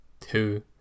two